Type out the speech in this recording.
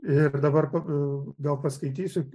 ir dabar gal paskaitysiu